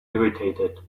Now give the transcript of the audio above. irritated